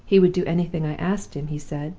he would do anything i asked him, he said.